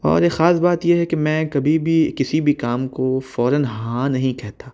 اور ایک خاص بات یہ ہے کہ میں کبھی بھی کسی بھی کام کو فوراً ہاں نہیں کہتا